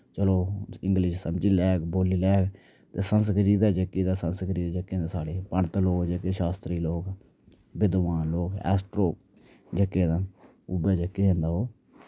चलो इंग्लिश समझी लैग बोली लैग संस्कृत ऐ जेह्की तां संस्कृत जेह्की ऐ साढ़ी पण्डित लोग जेह्के शस्त्री लोक बिधबान लोक ऐस्ट्रो जेह्के न उ'ऐ जेह्के न ते ओह्